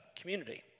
community